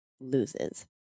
loses